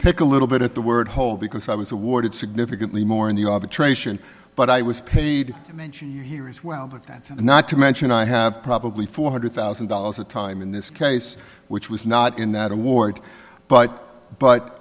pick a little bit at the word hole because i was awarded significantly more in the but i was paid to mention you here as well but that's not to mention i have probably four hundred thousand dollars a time in this case which was not in that award but but